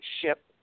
ship